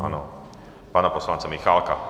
Ano, pana poslance Michálka.